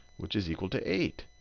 which is equal to eight.